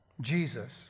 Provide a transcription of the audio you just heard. Jesus